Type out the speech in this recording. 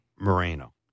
Moreno